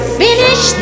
finish